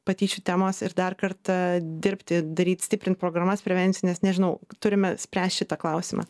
patyčių temos ir dar kartą dirbti daryt stiprint programas prevencines nežinau turime spręst šitą klausimą